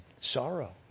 sorrow